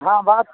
हाँ बात